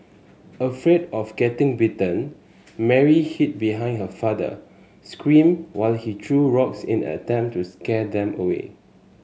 afraid of getting bitten Mary hid behind her father screamed while he threw rocks in an attempt to scare them away